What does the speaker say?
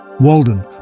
Walden